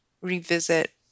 revisit